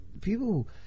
people